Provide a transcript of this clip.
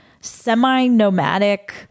semi-nomadic